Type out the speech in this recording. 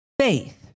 faith